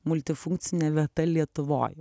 multifunkcinė vieta lietuvoj